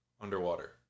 underwater